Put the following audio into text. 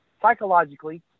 psychologically